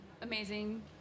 Amazing